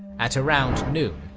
at around noon,